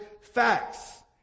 facts